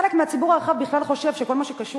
חלק מהציבור הרחב בכלל חושב שכל מה שקשור